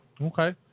okay